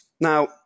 Now